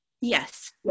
Yes